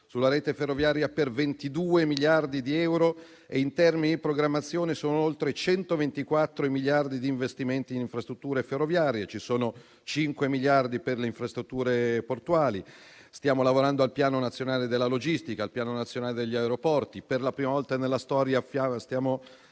sulla rete ferroviaria per 22 miliardi di euro e in termini di programmazione vi sono oltre 124 miliardi di investimenti in infrastrutture ferroviarie. Ci sono 5 miliardi per le infrastrutture portuali. Stiamo lavorando al piano nazionale della logistica e al piano nazionale degli aeroporti. Per la prima volta nella storia, stiamo